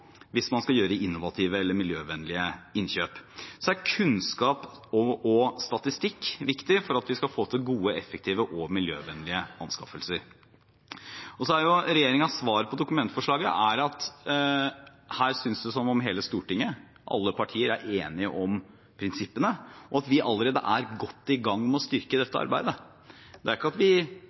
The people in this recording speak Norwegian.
hvis man skal gjøre innovative eller miljøvennlige innkjøp. Kunnskap og statistikk er viktig for at vi skal få til gode, effektive og miljøvennlige anskaffelser. Regjeringens svar på Dokument 8-forslaget er at det her synes å være slik at hele Stortinget, alle partiene, er enige om prinsippene, og at vi allerede er godt i gang med å styrke dette arbeidet. Det betyr ikke at vi